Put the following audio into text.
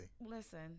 Listen